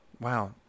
Wow